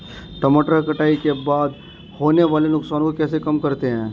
टमाटर कटाई के बाद होने वाले नुकसान को कैसे कम करते हैं?